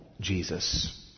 Jesus